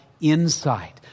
inside